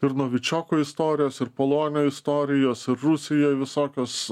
ir novičioko istorijos ir polonio istorijos rusijoj visokios